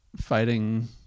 fighting